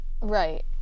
Right